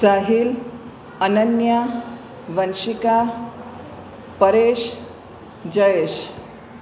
Sahil Ananya Vanshika Paresh Jayesh